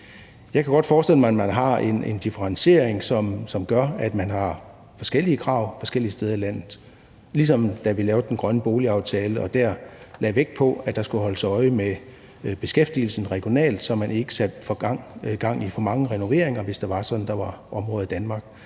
Jeg kunne godt forestille mig, at man har en differentiering, som gør, at man har forskellige krav forskellige steder i landet, ligesom da vi lavede den grønne boligaftale og dér lagde vægt på, at der skulle holdes øje med beskæftigelsen regionalt, så vi ikke fik sat gang i for mange renoveringer, hvis det var sådan, at der var områder i Danmark,